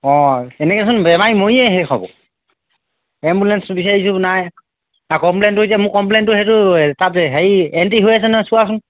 অঁ এনেকৈচোন বেমাৰী মৰিয়ে শেষ হ'ব এম্বুলেঞ্চো বিচাৰিছোঁ নাই আৰু কমপ্লেইনটো এতিয়া মোৰ কমপ্লেইনটো সেইটো তাত হেৰি এণ্টি হৈ আছে নহয় চোৱাচোন